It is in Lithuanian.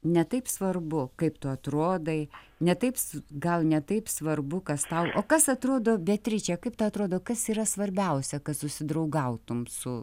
ne taip svarbu kaip tu atrodai ne taip gal ne taip svarbu kas tau o kas atrodo beatriče kaip tau atrodo kas yra svarbiausia kad susidraugautum su